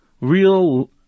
real